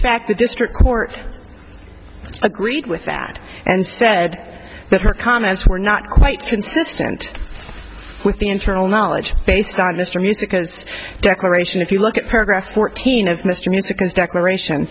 fact the district court agreed with that and said that her comments were not quite consistent with the internal knowledge based on mr music has declaration if you look at paragraph fourteen of mr music and declaration